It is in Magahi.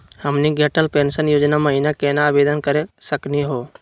हमनी के अटल पेंसन योजना महिना केना आवेदन करे सकनी हो?